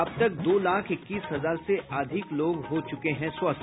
अब तक दो लाख इक्कीस हजार से अधिक लोग हो चुके हैं स्वस्थ